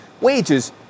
wages